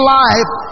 life